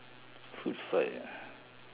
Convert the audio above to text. food fight ah